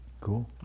Cool